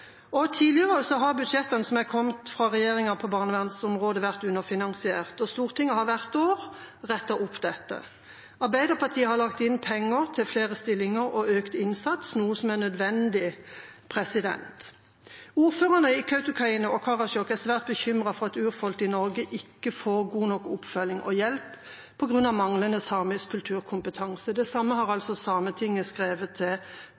Tidligere har budsjettene som har kommet fra regjeringa på barnevernsområdet, vært underfinansiert, og Stortinget har hvert år rettet opp dette. Arbeiderpartiet har lagt inn penger til flere stillinger og økt innsats, noe som er nødvendig. Ordførerne i Kautokeino og Karasjok er svært bekymret for at urfolk i Norge ikke får god nok oppfølging og hjelp på grunn av manglende samisk kulturkompetanse. Det samme har Sametinget skrevet til